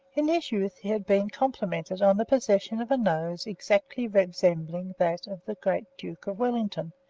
in his youth he had been complimented on the possession of a nose exactly resembling that of the great duke of wellington,